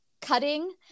cutting